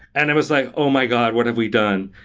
and i was like, oh my god! what have we done?